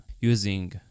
using